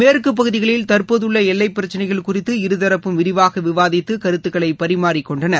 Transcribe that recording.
மேற்கு பகுதிகளில் தற்போதுள்ள எல்லைப் பிரச்சினைகள் குறித்து இருதரப்பும் விரிவாக விவாதித்து கருத்துக்களை பரிமாறிக்கொண்டனர்